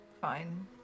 fine